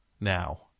now